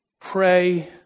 pray